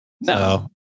no